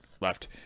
left